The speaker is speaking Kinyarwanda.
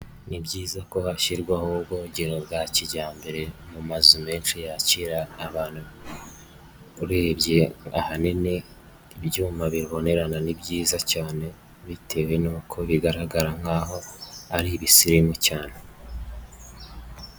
Ni byiza ko hashyirwaho ubwogero bwa kijyambere mu mazu menshi yakira abantu, urebye ahanini, ibyuma bibonerana ni byiza cyane bitewe n'uko bigaragara nkaho ari ibisirimu cyane.